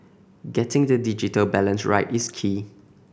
getting the digital balance right is key